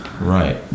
Right